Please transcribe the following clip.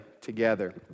together